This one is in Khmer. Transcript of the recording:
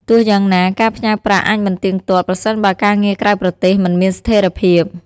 ទោះយ៉ាងណា ការផ្ញើប្រាក់អាចមិនទៀងទាត់ ប្រសិនបើការងារក្រៅប្រទេសមិនមានស្ថេរភាព។